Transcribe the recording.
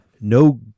No